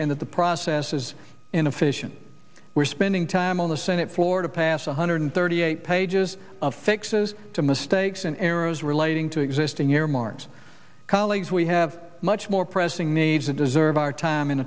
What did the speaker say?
and that the process is inefficient we're spending time on the senate floor to pass one hundred thirty eight pages of fixes to mistakes in arrows relating to existing earmarks colleagues we have much more pressing needs and deserve our time and